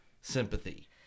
sympathy